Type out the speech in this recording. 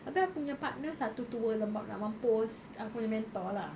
abeh aku punya partner satu tu lembab nak mampus aku punya mentor lah